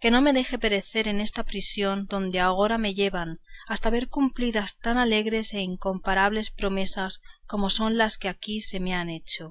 que no me deje perecer en esta prisión donde agora me llevan hasta ver cumplidas tan alegres e incomparables promesas como son las que aquí se me han hecho